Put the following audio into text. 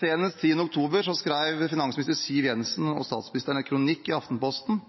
senest 10. oktober skrev finansminister Siv Jensen og statsministeren en kronikk i Aftenposten